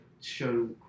show